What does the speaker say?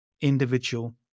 individual